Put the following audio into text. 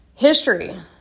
History